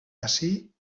así